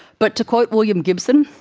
but to quote william gibson,